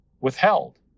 withheld